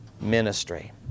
ministry